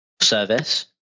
service